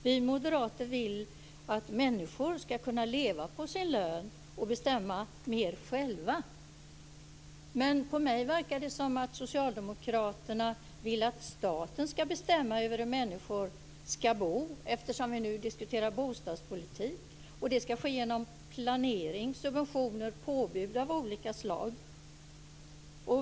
Vi moderater vill att människor ska kunna leva på sin lön och bestämma mer själva. Men det verkar som om Socialdemokraterna vill att staten ska bestämma över hur människor ska bo, eftersom vi nu diskuterar bostadspolitik. Det ska ske genom planering, subventioner och påbud av olika slag.